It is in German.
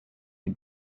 die